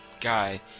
guy